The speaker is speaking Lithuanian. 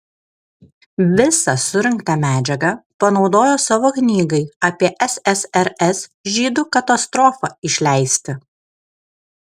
visą surinktą medžiagą panaudojo savo knygai apie ssrs žydų katastrofą išleisti